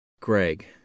Greg